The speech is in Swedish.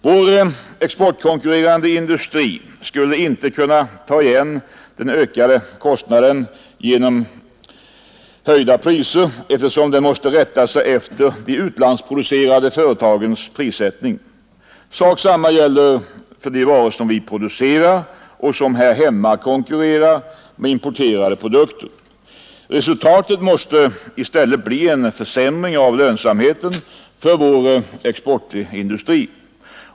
Vår exportkonkurrerande industri skulle inte kunna ta igen den ökade kostnaden genom höjda priser eftersom den måste rätta sig efter de utlandsproducerande företagens prissättning. Sak samma gäller för de varor som vi producerar och som här hemma konkurrerar med importerade produkter. Resultatet måste i stället bli en försämring av lönsamheten för vår exportindustri.